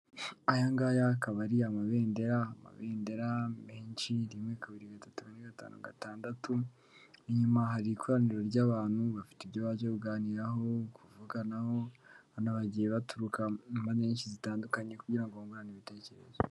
Aya ngaya akaba ari amabendera. Amabendera menshi rimwe, kabiri, gatatu, kane, gatanu, gatandatu. Inyuma hari ikoraniro ry'abantu bafite ibyo baje kuganiraho kuvuganaho banabagiye baturuka ipande nyinshi zitandukanye kugira bungurane ibitekerezo.